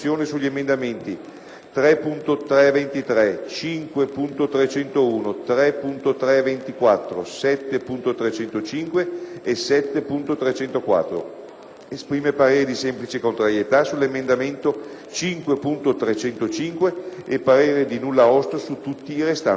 3.323, 5.301, 3.324, 7.305 e 7.304. Esprime parere di semplice contrarietà sull'emendamento 5.305 e parere di nulla osta su tutti i restanti emendamenti».